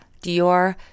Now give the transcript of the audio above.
Dior